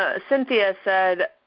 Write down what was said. ah cynthia said,